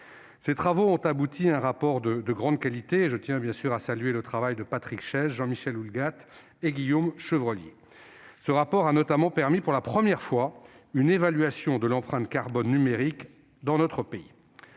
Ses travaux ont abouti à un rapport de grande qualité. Je salue particulièrement le travail de Patrick Chaize, de Jean-Michel Houllegatte et de Guillaume Chevrollier. Ce rapport a notamment permis pour la première fois une évaluation de l'empreinte carbone numérique dans notre pays.